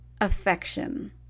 affection